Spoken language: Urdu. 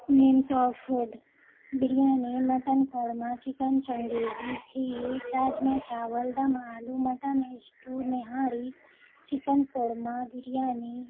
names of food biryani mutton korma chicken changezi kheer rajma چاول دم آلو mutton stew nihari chicken korma biryani